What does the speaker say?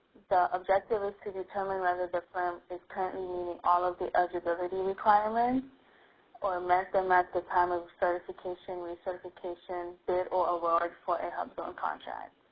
the objective is to determine whether the firm is currently i mean and all of the eligibility requirements or met them at the time of certification, recertification, bid or award for a hubzone project.